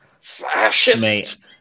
fascist